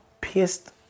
pissed